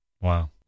Wow